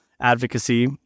advocacy